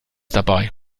dabei